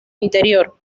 interior